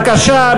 בקשה,